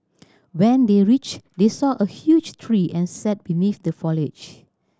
when they reached they saw a huge tree and sat beneath the foliage